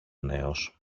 νέος